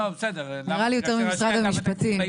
נראה לי שזה הגיע יותר ממשרד המשפטים.